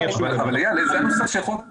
אבל זה הנוסח של חוק יסוד: